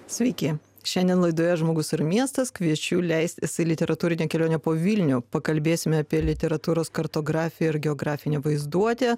sveiki šiandien laidoje žmogus ir miestas kviečiu leistis į literatūrinę kelionę po vilnių pakalbėsime apie literatūros kartografiją ir geografinę vaizduotę